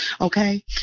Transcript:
Okay